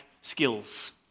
skills